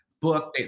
book